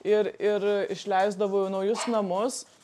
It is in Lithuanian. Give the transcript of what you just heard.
ir ir išleisdavau į naujus namus